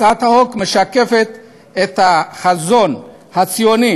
הצעת החוק משקפת את החזון הציוני